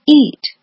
eat